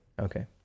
okay